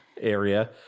area